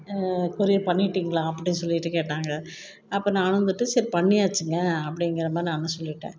courier பண்ணிவிட்டிங்களா அப்படின்னு சொல்லிவிட்டு கேட்டாங்க அப்போ நானும் வந்துட்டு சரி பண்ணியாச்சுங்க அப்படிங்கிற மாதிரி நானும் சொல்லிவிட்டேன்